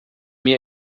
mir